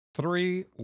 three